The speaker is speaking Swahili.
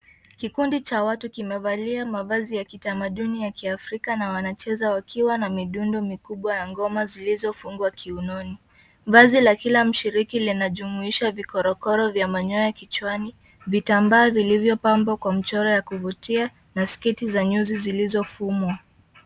Kikundi cha watu kimevalia mavazi ya kitamaduni ya kiafrika na wanacheza wakiwa na midundo mikubwa ya ngoma zilizofungwa kiunoni. Vazi la kila mshiriki lina jumuisha vigorogoro vya manyoya kichwani. Vitambaa vilivyopambwa kwa mchoro wa kuvutia na sketi za nyuzi zilizofumwa.